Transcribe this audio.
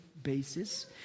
basis